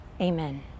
amen